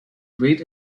great